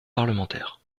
parlementaire